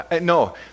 no